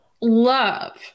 love